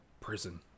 prison